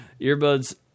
Earbuds